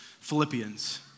Philippians